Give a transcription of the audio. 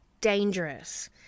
dangerous